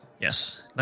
yes